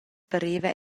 pareva